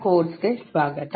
ಕೋರ್ಸ್ಗೆ ಸ್ವಾಗತ